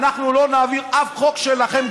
אנחנו לא נעביר אף חוק שלכם,